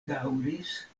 daŭris